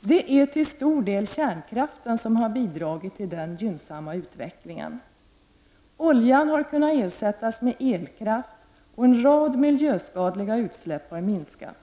Det är till stor del kärnkraften som har bidragit till denna gynnsamma utveckling. Oljan har kunnat ersättas med elkraft och en rad miljöskadliga utsläpp har minskat.